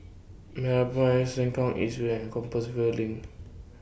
Meraprime Sengkang East Way and Compassvale LINK